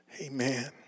Amen